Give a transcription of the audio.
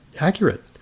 accurate